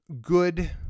good